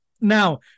now